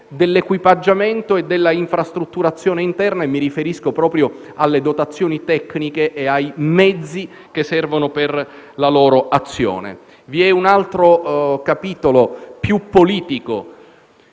dell'equipaggiamento e dell'infrastrutturazione interna (mi riferisco proprio alle dotazioni tecniche e ai mezzi che servono per la loro azione). Vi è un altro capitolo, più politico,